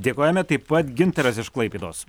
dėkojame taip pat gintaras iš klaipėdos